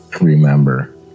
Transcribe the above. remember